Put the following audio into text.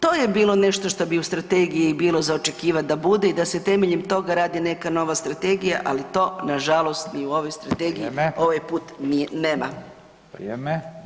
To je bilo nešto što bi u Strategiji bilo za očekivati da bude i se temeljem toga radi neka nova strategija, ali to nažalost ni u ovoj Strategiji [[Upadica: Vrijeme.]] ovaj put nema.